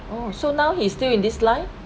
oh so now he's still in this line